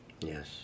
yes